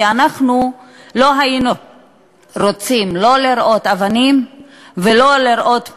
כי אנחנו לא היינו רוצים לראות אבנים ולא לראות פגועים.